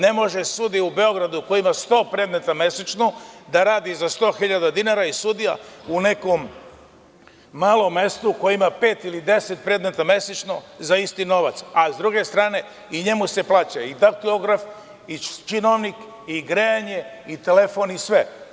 Ne može sudija u Beogradu koji ima 100 predmeta mesečno da radi za 100.000 dinara i sudija u nekom malom mestu, koji ima pet ili deset predmeta mesečno za isti novac, a i njemu se plaća i daktilograf i činovnik i grejanje i telefon i sve.